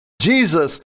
Jesus